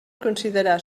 considerar